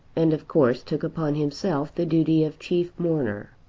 and of course took upon himself the duty of chief mourner.